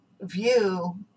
view